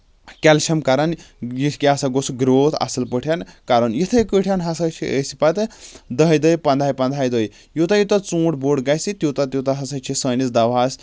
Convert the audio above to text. calcium کران یہِ کیٛاہ سا گوٚس گروتھ اَصٕل پٲٹھٮ۪ن کَرُن یِتھٕے کٲٹھٮ۪ن ہسا چھِ أسۍ پَتہٕ دٔہہِ دٔہہِ پنٛداہایہِ پنٛداہاہہِ دۄہہِ یوٗتاہ یوٗتاہ ژوٗنٛٹھ بوٚڑ گژھِ توٗتاہ توٗتاہ ہسا چھِ سٲنِس دوہَس